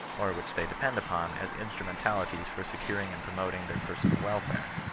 or which they depend upon as instrumentalities for securing and promoting their per sonal welfare,